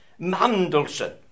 Mandelson